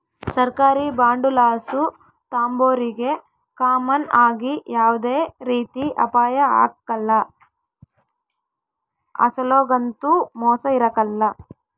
ಸರ್ಕಾರಿ ಬಾಂಡುಲಾಸು ತಾಂಬೋರಿಗೆ ಕಾಮನ್ ಆಗಿ ಯಾವ್ದೇ ರೀತಿ ಅಪಾಯ ಆಗ್ಕಲ್ಲ, ಅಸಲೊಗಂತೂ ಮೋಸ ಇರಕಲ್ಲ